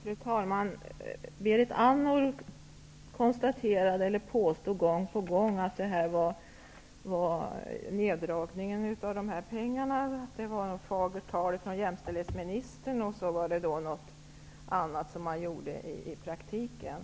Fru talman! Berit Andnor påstod gång på gång att det här var fråga om en neddragning av bidrag, att det var vackert tal från jämställdhetsministern och att man gjorde något annat i praktiken.